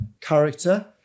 character